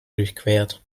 durchquert